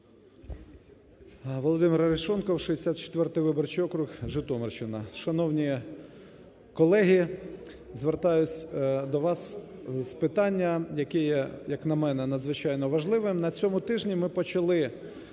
Володимир Арешонков 64 виборчий округ, Житомирщина. Шановні колеги, звертаюсь до вас з питанням, яке, як на мене, надзвичайно важливе. На цьому тижні ми почали